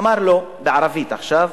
אמר לו בערבית עכשיו,